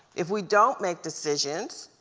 if we don't make decisions,